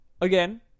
again